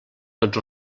tots